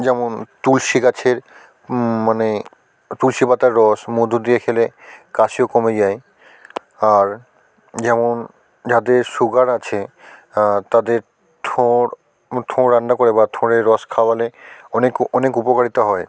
যেমন তুলসী গাছের মানে তুলসী পাতার রস মধু দিয়ে খেলে কাশিও কমে যায় আর যেমন যাদের সুগার আছে তাদের থোর থোর রান্না করে বা থোরের রস খাওয়ালে অনেক উপকারিতা হয়